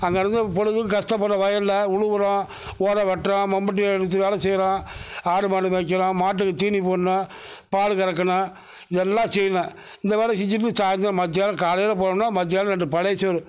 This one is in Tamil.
அந்தளவுக்கு பொழுதுக்கும் கஷ்டப்படுறோம் வயலில் உழுகிறோம் ஓலை வெட்டுறோம் மம்புட்டியை பிடிச்சி வேலை செய்கிறோம் ஆடுமாடு மேய்க்கிறோம் மாட்டுக்கு தீனி போடணும் பால் கறக்கணும் இதெல்லாம் செய்யணும் இந்த வேலை செஞ்சுட்டு சாயந்திரம் மத்தியானம் காலையில் போனோன்னால் மத்தியானம் ரெண்டு பழைய சோறு